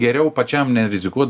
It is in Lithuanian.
geriau pačiam nerizikuot